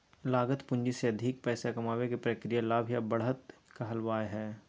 लागत पूंजी से अधिक पैसा कमाबे के प्रक्रिया लाभ या बढ़त कहलावय हय